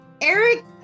Eric